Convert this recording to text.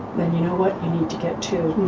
then you know what you need to get to,